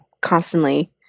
constantly –